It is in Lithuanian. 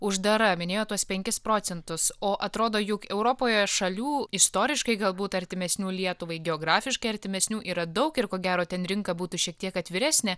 uždara minėjo tuos penkis procentus o atrodo jog europoje šalių istoriškai galbūt artimesnių lietuvai geografiškai artimesnių yra daug ir ko gero ten rinka būtų šiek tiek atviresnė